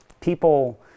People